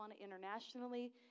internationally